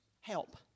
help